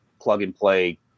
plug-and-play